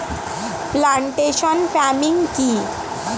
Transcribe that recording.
Plantation farming কি?